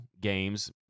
games